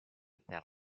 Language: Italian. per